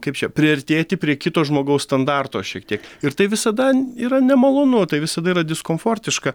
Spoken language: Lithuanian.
kaip čia priartėti prie kito žmogaus standarto šiek tiek ir tai visada yra nemalonu tai visada yra diskomfortiška